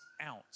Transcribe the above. out